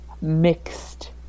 mixed